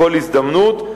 בכל הזדמנות,